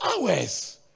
hours